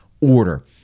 order